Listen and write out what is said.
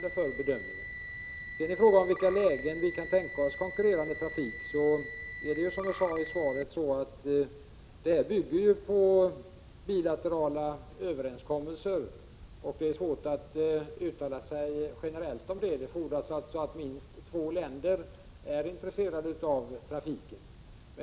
När det sedan gäller frågan i vilka lägen vi kan tänka oss konkurrerande trafik, bygger ju detta, som jag sade i svaret, på bilaterala överenskommelser. Det är svårt att göra ett generellt uttalande. Minst två länder måste vara intresserade av trafiken.